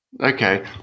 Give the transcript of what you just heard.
Okay